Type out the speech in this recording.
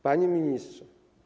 Panie Ministrze!